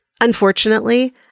unfortunately